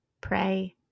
pray